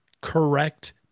correct